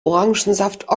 orangensaft